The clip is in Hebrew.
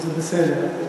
זה בסדר.